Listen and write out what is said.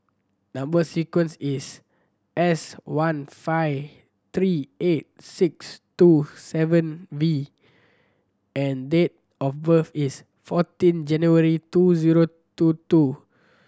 number sequence is S one five three eight six two seven V and date of birth is fourteen January two zero two two